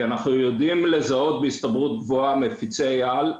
כי אנחנו יודעים לזהות בהסתברות גבוהה מפיצי על.